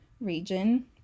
region